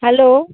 hello